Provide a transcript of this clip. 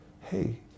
hey